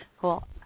Cool